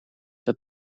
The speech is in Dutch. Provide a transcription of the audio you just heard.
dat